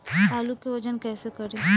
आलू के वजन कैसे करी?